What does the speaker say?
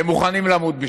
והם מוכנים למות בשבילה.